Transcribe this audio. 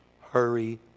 Hurry